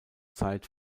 zeit